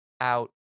out